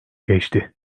geçti